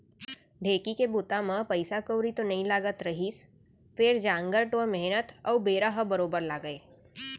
ढेंकी के बूता म पइसा कउड़ी तो नइ लागत रहिस फेर जांगर टोर मेहनत अउ बेरा ह बरोबर लागय